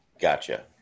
Gotcha